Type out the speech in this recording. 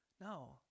No